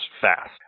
fast